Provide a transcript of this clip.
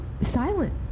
silent